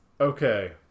Okay